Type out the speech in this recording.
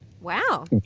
Wow